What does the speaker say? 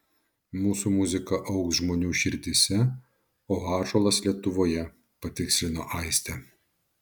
mūsų muzika augs žmonių širdyse o ąžuolas lietuvoje patikslino aistė